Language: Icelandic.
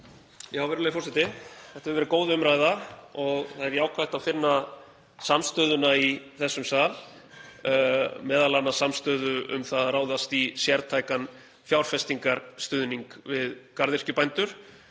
Virðulegur forseti. Þetta hefur verið góð umræða og það er jákvætt að finna samstöðuna í þessum sal, m.a. samstöðu um að ráðast í sértækan fjárfestingarstuðning við garðyrkjubændur.